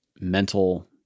mental